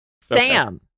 Sam